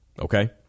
Okay